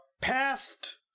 Past